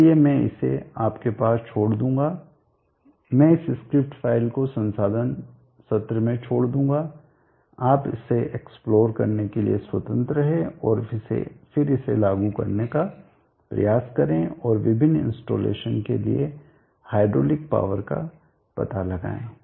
इसलिए मैं इसे आपके पास छोड़ दूंगा मैं इस स्क्रिप्ट फ़ाइल को संसाधन सत्र में छोड़ दूंगा आप इसे एक्स्प्लोर करने के लिए स्वतंत्र हैं और फिर इसे लागू करने का प्रयास करें और विभिन्न इंस्टालेशन के लिए हाइड्रोलिक पावर का पता लगाएं